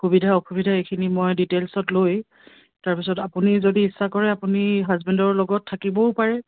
সুবিধা অসুবিধা এইখিনি মই ডিটেইলছত লৈ তাৰপিছত আপুনি যদি ইচ্ছা কৰে আপুনি হাজবেণ্ডৰ লগত থাকিবও পাৰে